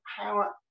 power